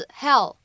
hell